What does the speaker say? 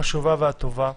החשובה והטובה.